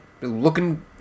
looking